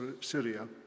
Syria